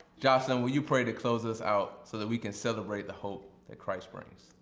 jocelyn will you pray to close us out so that we can celebrate the hope that christ brings.